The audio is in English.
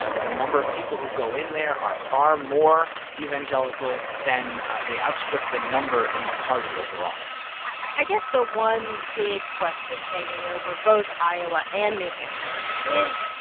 ah the number of people who go in there are far more evangelical than they outstrip the number in the party overall i guess the one big question hanging over both iowa and new hampshire is,